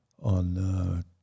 on